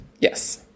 Yes